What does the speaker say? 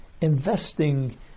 investing